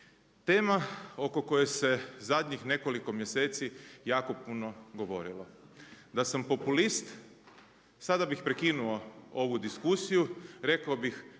Tema oko koje se zadnjih nekoliko mjeseci jako puno govorilo. Da sam populist sada bih prekinuo ovu diskusiju, rekao bih